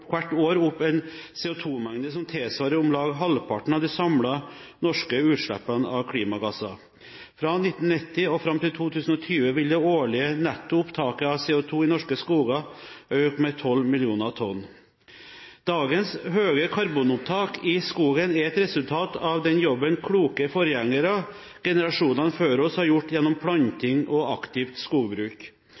hvert år opp en CO2-mengde som tilsvarer om lag halvparten av de samlede norske utslippene av klimagasser. Fra 1990 og fram til 2020 vil det årlige netto opptaket av CO2 i norske skoger øke med 12 millioner tonn. Dagens høye karbonopptak i skogen er et resultat av den jobben kloke forgjengere – generasjonene før oss – har gjort gjennom planting og aktivt skogbruk.